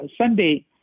Sunday